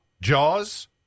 Jaws